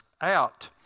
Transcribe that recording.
out